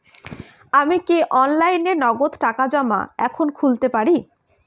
আমি কি অনলাইনে নগদ টাকা জমা এখন খুলতে পারি?